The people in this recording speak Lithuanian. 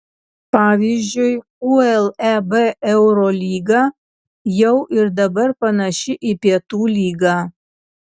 pavyzdžiui uleb eurolyga jau ir dabar panaši į pietų lygą